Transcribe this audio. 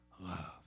love